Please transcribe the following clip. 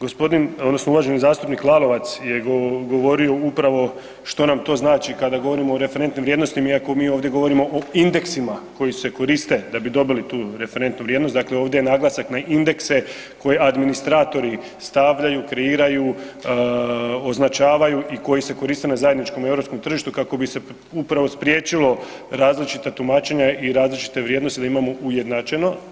Gospodin odnosno uvaženi zastupnik Lalovac je govorio upravo što nam to znači kada govorimo o referentnim vrijednostima, iako mi ovdje govorimo o indeksima koji se koriste da bi dobili tu referentnu vrijednost, dakle ovdje je naglasak na indekse koje administratori stavljaju, kreiraju, označavaju i koji se koriste na zajedničkom europskom tržištu kako bi se upravo spriječilo različita tumačenja i različite vrijednosti, da imamo ujednačeno.